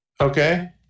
Okay